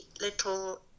little